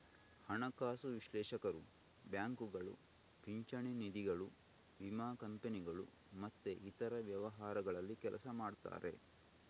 ಹಣಕಾಸು ವಿಶ್ಲೇಷಕರು ಬ್ಯಾಂಕುಗಳು, ಪಿಂಚಣಿ ನಿಧಿಗಳು, ವಿಮಾ ಕಂಪನಿಗಳು ಮತ್ತೆ ಇತರ ವ್ಯವಹಾರಗಳಲ್ಲಿ ಕೆಲಸ ಮಾಡ್ತಾರೆ